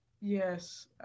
Yes